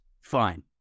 Fine